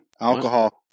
Alcohol